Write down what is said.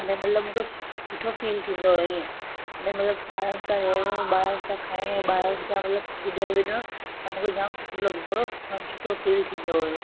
अने मतलबु मूंखे सु सुठो फ़ील थींदो आहे इअं अने मतलबु ॿारनि सां विहिणो ॿारनि सां खाइणो ॿारनि सां मतलबु खेॾणु वेॾणु मूंखे जाम सुठो लॻंदो हुओ माना सुठो फ़ील थींदो हुओ